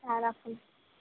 হ্যাঁ রাখুন